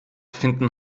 finden